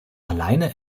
alleine